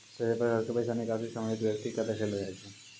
सभे प्रकार के पैसा निकासी संबंधित व्यक्ति के देखैलो जाय छै